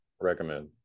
recommend